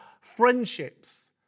friendships